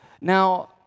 Now